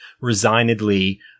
resignedly